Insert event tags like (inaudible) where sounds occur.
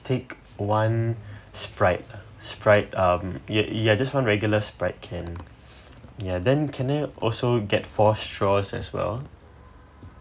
take one (breath) Sprite Sprite um ye~ ya I just want regular Sprite can ya then can I also get four straws as well